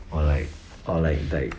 or like or like like